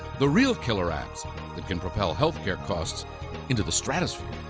the real killer acts that can propel health care costs into the stratosphere.